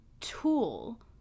tool